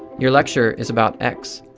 you lecture is about x.